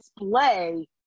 display